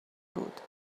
بود